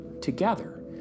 together